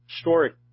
Story